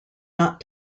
not